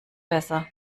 besser